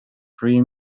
free